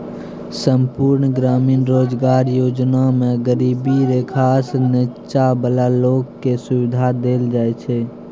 संपुर्ण ग्रामीण रोजगार योजना मे गरीबी रेखासँ नीच्चॉ बला लोक केँ सुबिधा देल जाइ छै